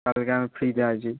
কালকে আমি ফ্রিতে আছি